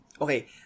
Okay